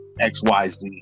XYZ